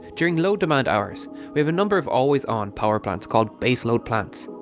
during low demand hours we have a number of always on power plants called baseload plants,